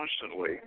constantly